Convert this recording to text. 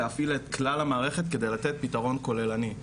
להפעיל את כלל המערכת כדי לתת פיתרון כוללני.